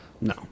No